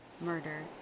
murder